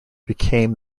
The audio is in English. became